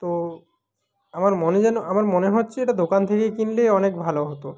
তো আমার মনে যেন আমার মনে হচ্ছে এটা দোকান থেকে কিনলেই অনেক ভালো হতো